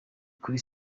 kuri